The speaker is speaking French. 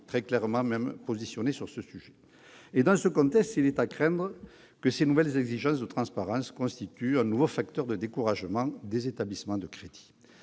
sont clairement positionnés sur le sujet. Dans ce contexte, il est à craindre que ces nouvelles exigences de transparence constituent un nouveau facteur de découragement des établissements de crédit.